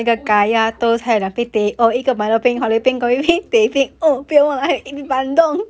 !oi!